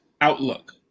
outlook